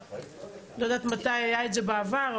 לא יודעת מתי היה זה בעבר,